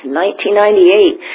1998